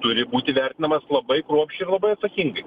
turi būti vertinamas labai kruopščiai ir labai atsakingai